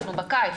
אנחנו בקיץ,